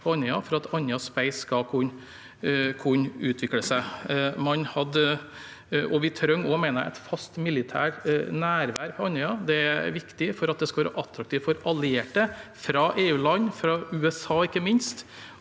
for at Andøya Space skal kunne utvikle seg. Vi trenger også, mener jeg, fast militært nærvær på Andøya. Det er viktig for at det skal være attraktivt for allierte fra EU-land og ikke minst